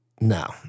No